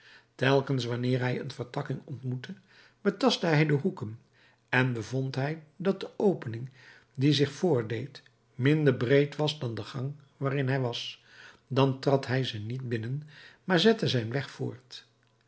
telkens wanneer hij een vertakking ontmoette betastte hij de hoeken en bevond hij dat de opening die zich voordeed minder breed was dan de gang waarin hij was dan trad hij ze niet binnen maar zette zijn weg voort